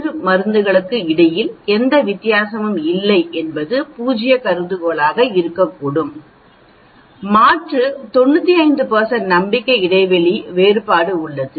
எனவே 2 மருந்துகளுக்கு இடையில் எந்த வித்தியாசமும் இல்லை என்பது பூஜ்ய கருதுகோளாக இருக்கக்கூடும் மாற்று 95 நம்பிக்கை இடைவெளியில் வேறுபாடு உள்ளது